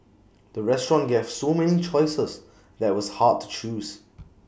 the restaurant gave so many choices that was hard to choose